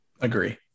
agree